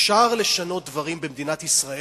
אפשר לשנות דברים במדינת ישראל,